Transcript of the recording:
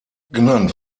genannt